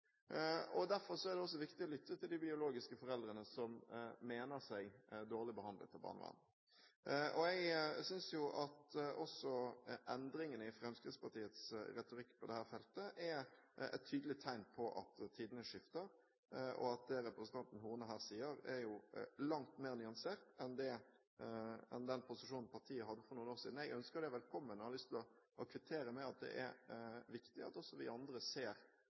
og derfor er det også viktig å lytte til de biologiske foreldrene som mener seg dårlig behandlet av barnevernet. Jeg synes at også endringene i Fremskrittspartiets retorikk på dette feltet er et tydelig tegn på at tidene skifter, og at det representanten Horne her sier, er langt mer nyansert enn den posisjonen partiet hadde for noen år siden. Jeg ønsker det velkommen og har lyst til å kvittere med at det er viktig at også vi andre ser